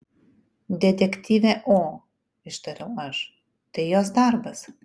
detektyvė o ištariau aš tai jos darbas